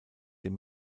dem